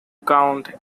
count